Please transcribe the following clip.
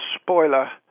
spoiler